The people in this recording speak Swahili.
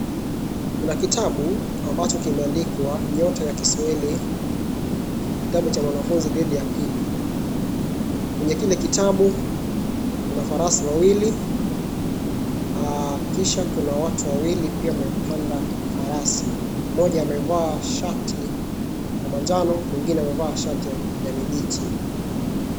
Kuna kitabu ambacho kimeandikwa nyota ya kiswahili. Kitabu cha mwanafunzi gredi ya pili. Kwenye kile kitabu kuna farasi wawili kisha kuna watu wawili ambao wamepanda farasi. Mmoja amevaa shati ya manjano mwingine amevaa shati ya kijani kibichi.